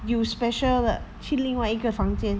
有 special 的去另外一个房间